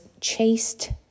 chased